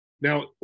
Now